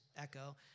echo